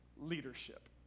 leadership